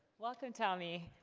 welcome, tommy.